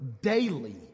daily